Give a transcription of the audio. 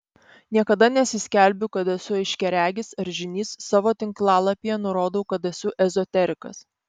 niekada nesiskelbiu kad esu aiškiaregis ar žynys savo tinklalapyje nurodau kad esu ezoterikas